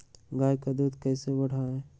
गाय का दूध कैसे बढ़ाये?